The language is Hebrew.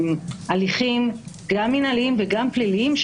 עוד פעם,